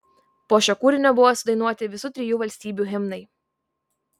po šio kūrinio buvo sudainuoti visų trijų valstybių himnai